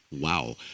Wow